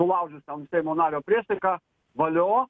sulaužiusiam seimo nario priesaiką valio